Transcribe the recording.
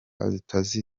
azitabira